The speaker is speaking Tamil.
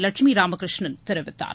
லட்சுமி ராமகிருஷ்ணன் தெரிவித்தார்